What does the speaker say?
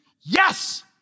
Yes